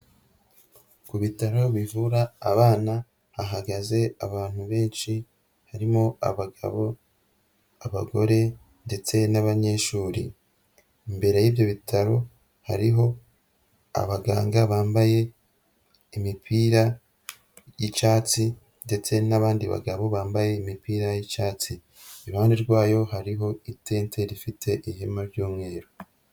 Ku bitaro bivura abana hahagaze abantu benshi harimo abagabo, abagore ndetse n'abanyeshuri, imbere y'ibyo bitaro hariho abaganga bambaye imipira y'icyatsi ndetse n'abandi bagabo bambaye imipira y'icyatsi. Iruhande rwayo hariho itente rifite ihema ry'umweru.